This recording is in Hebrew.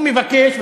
הוא מבקש,